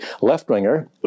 left-winger